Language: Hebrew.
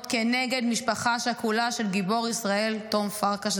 כנגד משפחה שכולה של גיבור ישראל תום פרקש,